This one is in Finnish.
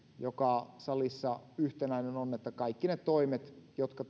joka salissa yhtenäinen on että kaikki ne toimet jotka